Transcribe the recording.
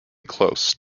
close